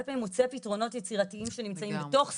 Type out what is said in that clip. פעמים מוצא פתרונות יצירתיים שנמצאים בתוך סמכותו,